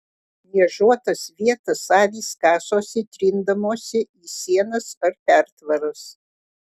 niežuotas vietas avys kasosi trindamosi į sienas ar pertvaras